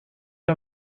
har